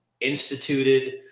instituted